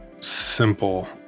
Simple